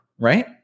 right